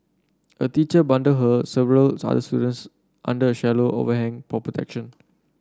a teacher bundled her several students under a shallow overhang protection